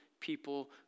people